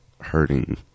hurting